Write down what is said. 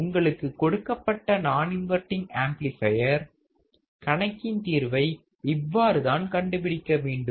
உங்களுக்கு கொடுக்கப்பட்ட நான் இன்வர்டிங் ஆம்ப்ளிபையர் கணக்கின் தீர்வை இவ்வாறுதான் கண்டுபிடிக்கவேண்டும்